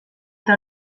eta